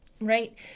right